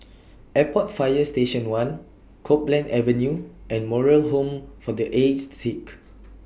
Airport Fire Station one Copeland Avenue and Moral Home For The Aged Sick